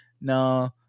no